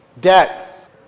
Debt